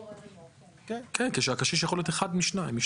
כן, כשהקשיש יכול להיות אחד משניהם.